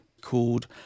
called